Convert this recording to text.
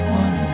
one